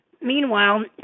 Meanwhile